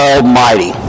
Almighty